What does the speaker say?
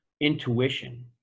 intuition